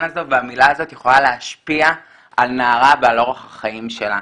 הזה והמילה הזאת יכולה להשפיע על נערה ועל אורח החיים שלה.